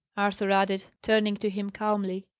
arthur added, turning to him calmly.